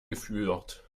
geführt